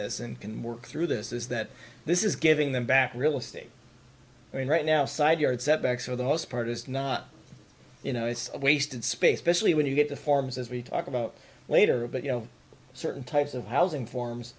this and can work through this is that this is giving them back real estate i mean right now side yard setback for the most part is not you know it's a wasted space specially when you get the forms as we talk about later but you know certain types of housing forms